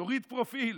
תוריד פרופיל,